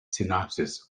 synopsis